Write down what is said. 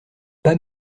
pas